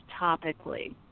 topically